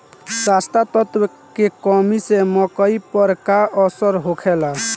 जस्ता तत्व के कमी से मकई पर का असर होखेला?